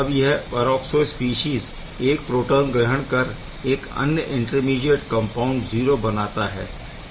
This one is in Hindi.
अब यह परऑक्सो स्पीशीज़ एक प्रोटोन ग्रहण कर एक अन्य इंटरमीडीऐट कम्पाउण्ड 0 बनाता है